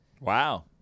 Wow